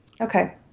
Okay